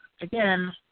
again